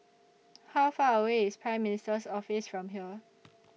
How Far away IS Prime Minister's Office from here